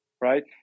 right